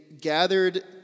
gathered